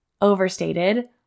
overstated